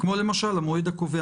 כמו המועד הקובע?